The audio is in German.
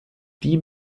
die